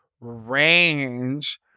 range